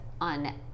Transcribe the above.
on